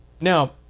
now